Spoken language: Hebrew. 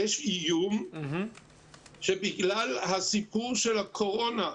יש איום שבגלל הסיפור של הקורונה,